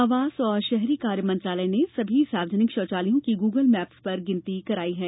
आवास और शहरी कार्य मंत्रालय ने सभी सार्वजनिक शौचालयों की गूगल मैप्स पर गिनती करायी है